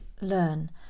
learn